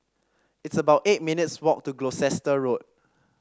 it's about eight minutes' walk to Gloucester Road